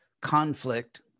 conflict